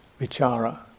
vichara